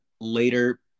later